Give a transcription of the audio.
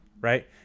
right